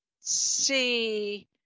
see